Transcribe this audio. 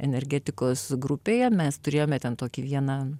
energetikos grupėje mes turėjome ten tokį vieną